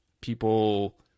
people